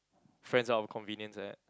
friends out of convenience like that